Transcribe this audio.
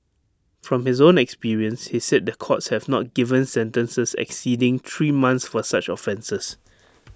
from his own experience he said the courts have not given sentences exceeding three months for such offences